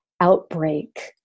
outbreak